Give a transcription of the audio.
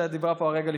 שדיברה פה הרגע,